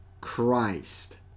Christ